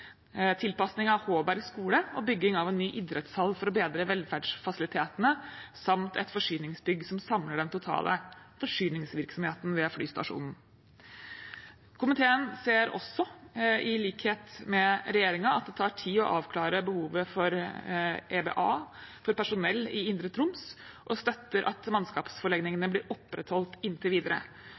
tilpasning av Hårberg skole og bygging av en ny idrettshall for å bedre velferdsfasilitetene samt et forsyningsbygg som samler den totale forsyningsvirksomheten ved flystasjonen. Komiteen ser også, i likhet med regjeringen, at det tar tid å avklare behovet for EBA for personell i indre Troms, og støtter at mannskapsforlegningene blir opprettholdt inntil videre.